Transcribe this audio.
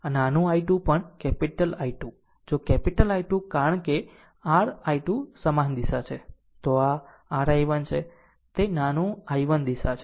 આમ આ નાનું I2 પણ કેપીટલ I22 જો આ કેપીટલ I2 કારણ કે આ r I2 સમાન દિશા છે તો આ r I1 છે તે નાનું I1 ની દિશા છે